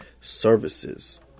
services